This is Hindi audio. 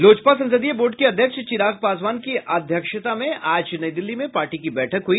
लोजपा संसदीय बोर्ड के अध्यक्ष चिराग पासवान की अध्यक्षता में आज नई दिल्ली में पार्टी की बैठक हुई